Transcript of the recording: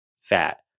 fat